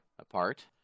apart